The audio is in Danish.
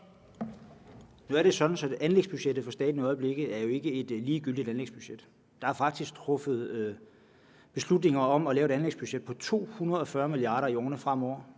Nu er det jo sådan, at anlægsbudgettet for staten i øjeblikket ikke er et ligegyldigt anlægsbudget. Der er faktisk truffet beslutninger om et anlægsbudget på 240 mia. kr. i årene fremover.